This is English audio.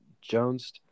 Jones